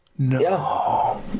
No